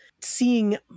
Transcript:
seeing